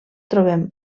trobem